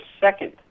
second